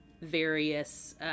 various